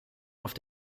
auf